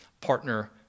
partner